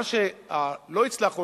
מה שלא הצלחנו,